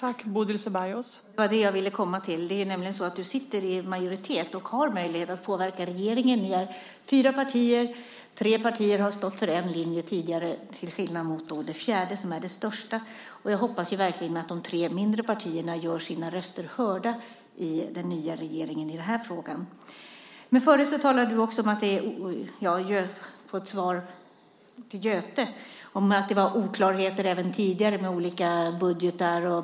Fru talman! Det var vad jag ville komma till. Det är nämligen så att du sitter i majoriteten och har möjlighet att påverka regeringen. Ni är fyra partier. Tre partier har tidigare stått för en linje till skillnad mot det fjärde som är det största. Jag hoppas verkligen att de tre mindre partierna gör sina röster hörda i den nya regeringen i den här frågan. Jag har fått svar av Göte Wahlström om att det var oklarheter redan tidigare med olika budgetar.